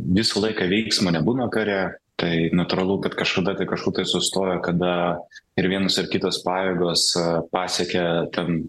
visą laiką veiksmo nebūna kare tai natūralu kad kažkada tai kažkur tai sustoja kada ir vienus ir kitos pajėgos pasiekia ten